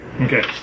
Okay